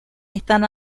están